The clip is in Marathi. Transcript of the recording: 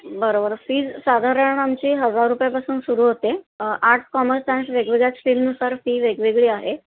बरं बरं फीज साधारण आमची हजार रुपयापासून सुरू होते आर्टस कॉमर्स सायन्स वेगवेगळ्या फील्डनुसार फी वेगवेगळी आहे